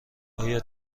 آیا